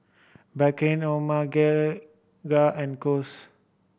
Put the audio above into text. Bakerzin Omega and Kose